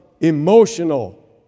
emotional